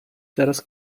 teraz